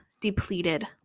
depleted